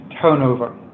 turnover